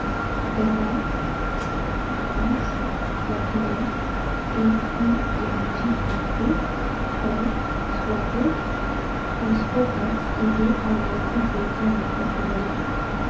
Deloitte, Ernst ಮತ್ತು Young, KPMG ಮತ್ತು PricewaterhouseCoopers ಇವೇ ಆ ನಾಲ್ಕು ಸೇವಾ ನೆಟ್ವರ್ಕ್ಕುಗಳು